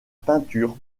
peinture